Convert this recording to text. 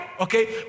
okay